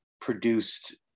produced